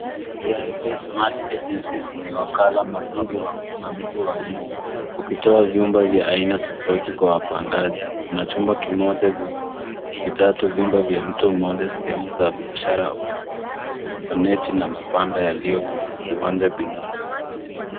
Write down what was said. Trayvay Smat Agencies ni wakala mahiri wa usimamizi wa vyumba ukitoa vyumba vya aina tofauti kwa wapangaji. Kuna chumba kimoja, viwili, vitatu, vyumba vya mtu mmoja, sehemu za biashara, ofisi, masioneti na mabanda yaliyo kwenye viwanja binafsi.